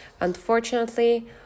Unfortunately